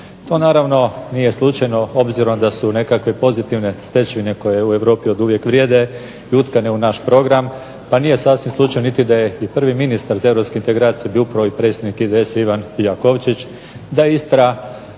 To naravno nije slučajno, obzirom da su nekakve pozitivne stečevine koje u Europi oduvijek vrijede i utkane u naš program, pa nije sasvim slučajno niti da je prvi ministar za europske integracije bio upravo i predsjednik IDS-a Ivan Jakovčić, da je Istra